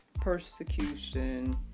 persecution